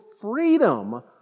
freedom